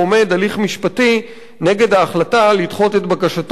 הליך משפטי נגד ההחלטה לדחות את בקשתו,